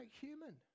human